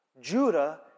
Judah